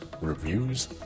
reviews